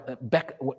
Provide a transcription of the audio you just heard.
back